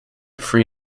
free